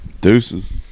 Deuces